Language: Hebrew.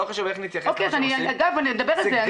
לא חשוב איך נתייחס לזה --- נדבר על זה.